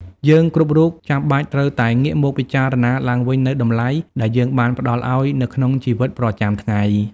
យើងគ្រប់រូបចាំបាច់ត្រូវតែងាកមកពិចារណាឡើងវិញនូវតម្លៃដែលយើងបានផ្ដល់ឲ្យនៅក្នុងជីវិតប្រចាំថ្ងៃ។